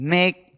Make